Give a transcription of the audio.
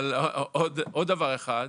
עוד דבר אחד.